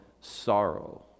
sorrow